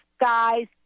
guys